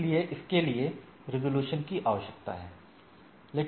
इसलिए इसके लिए रिज़ॉल्यूशन की आवश्यकता है